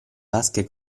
vasche